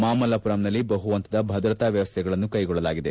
ಮಾಮಲ್ಲಪುರಂನಲ್ಲಿ ಬಹು ಪಂತದ ಭದ್ರತಾ ವ್ಯವಸ್ತೆಗಳನ್ನು ಕೈಗೊಳ್ಳಲಾಗಿದೆ